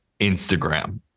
Instagram